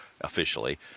officially